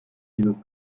dieses